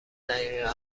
دقیقه